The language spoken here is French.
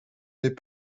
n’est